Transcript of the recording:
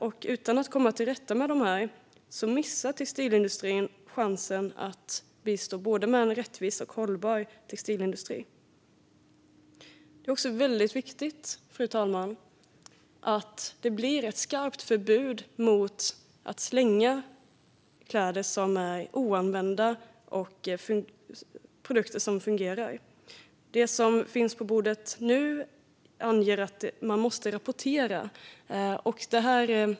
Om textilbranschen inte kommer till rätta med detta missar den chansen att bistå med en både rättvis och hållbar industri. Det är också väldigt viktigt, fru talman, att det blir ett skarpt förbud mot att slänga kläder som är oanvända och produkter som fungerar. I det som finns på bordet nu anges att man måste rapportera.